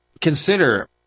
consider